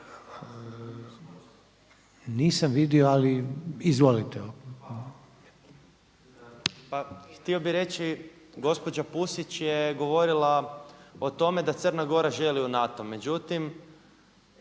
Ivan (Abeceda)** Hvala. Pa htio bih reći gospođa Pusić je govorila o tome da Crna Gora želi u NATO, međutim